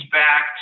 back